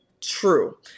true